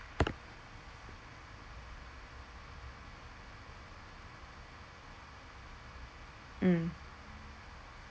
mm